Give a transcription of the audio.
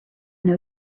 know